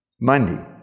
Monday